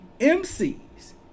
MC's